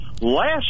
Last